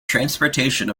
transportation